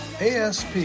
ASP